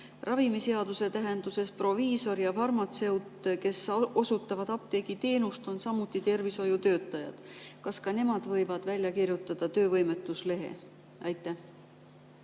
Ravimiseaduse tähenduses on proviisor ja farmatseut, kes osutavad apteegiteenust, samuti tervishoiutöötajad. Kas ka nemad võivad välja kirjutada töövõimetuslehe? Aitäh